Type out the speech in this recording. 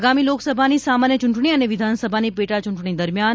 આગામી લોકસભાની સામાન્ય ચૂંટણી અને વિધાનસભાની પેટાચૂંટણી દરમિયાન